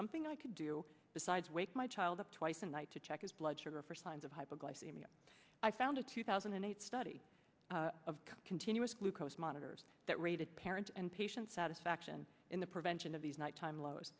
something i could do besides wake my child up twice a night to check his blood sugar for signs of hypoglycemia i found a two thousand and eight study of continuous glucose monitors that rated parent and patient satisfaction in the prevention of these nighttime low